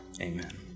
Amen